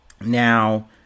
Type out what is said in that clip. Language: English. Now